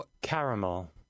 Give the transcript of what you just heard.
Caramel